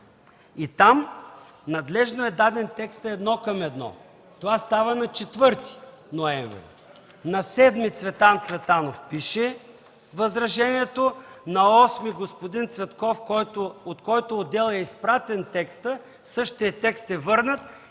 Там надлежно е даден текстът едно към едно. Това става на 4 ноември. На 7 ноември Цветан Цветанов пише възражението. На 8 господин Цветков, от чийто отдел е изпратен текстът, същият текст е върнат